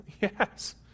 Yes